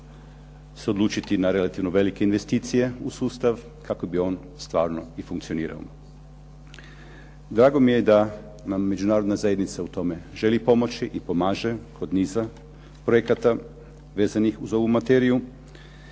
se odlučiti na relativno velike investicije u sustav kako bi on stvarno i funkcionirao. Drago nam je da nam Međunarodna zajednica u tome želi pomoći i pomaže kod niza projekata vezanih uz ovu materiju.